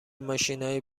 ماشینای